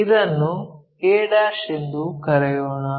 ಇದನ್ನು a ಎಂದು ಕರೆಯೋಣ